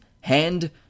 hand